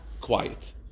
quiet